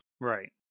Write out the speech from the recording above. Right